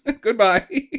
Goodbye